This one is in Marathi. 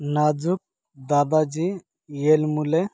नाजूक दादाजी येलमुले